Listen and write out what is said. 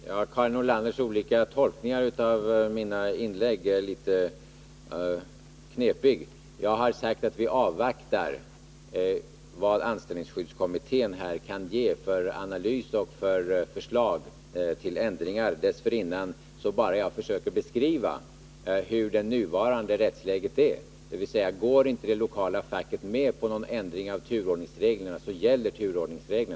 Fru talman! Karin Nordlanders olika tolkningar av mina inlägg är litet knepiga. Jag har sagt att vi avvaktar vad anställningsskyddskommittén kan ge för analys och förslag till ändringar. Sedan har jag bara försökt beskriva hur det nuvarande rättsläget är, dvs. att om inte det lokala facket går med på någon ändring av turordningsreglerna så gäller lagens turordningsregler.